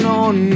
on